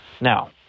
Now